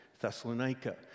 Thessalonica